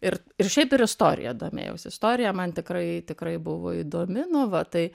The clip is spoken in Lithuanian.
ir ir šiaip ir istorija domėjaus istorija man tikrai tikrai buvo įdomi nu va tai